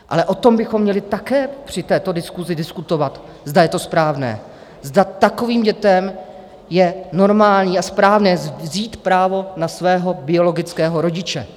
Ale o tom bychom měli také při této diskusi diskutovat, zda je to správné, zda takovým dětem je normální a správné vzít právo na jejich biologického rodiče.